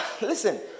listen